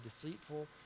deceitful